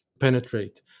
penetrate